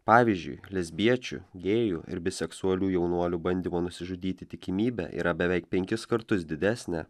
pavyzdžiui lesbiečių gėjų ir biseksualių jaunuolių bandymo nusižudyti tikimybė yra beveik penkis kartus didesnė